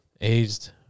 aged